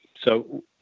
So-